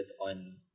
on